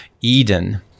Eden –